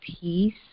peace